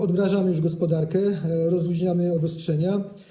Odmrażamy już gospodarkę, rozluźniamy obostrzenia.